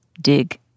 dig